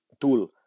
tool